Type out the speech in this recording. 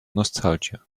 nostalgia